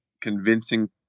convincing